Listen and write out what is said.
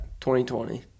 2020